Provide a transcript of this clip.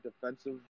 defensive